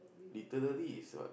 literary is what